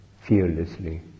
fearlessly